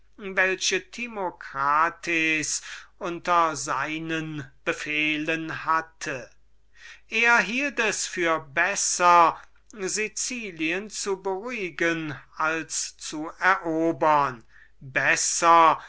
welche timocrates unter seinen befehlen hatte er hielt es für besser sicilien zu beruhigen als zu erobern besser